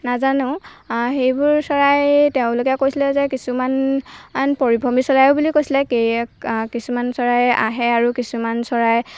নাজানো সেইবোৰ চৰাই তেওঁলোকে কৈছিলে যে কিছুমান আন পৰিভ্ৰমী চৰাই বুলিয়ো কৈছিলে কিছুমান চৰাই আহে আৰু কিছুমান চৰাই